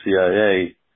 CIA